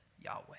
Yahweh